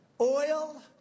oil